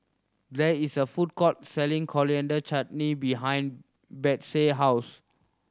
there is a food court selling Coriander Chutney behind Betsey house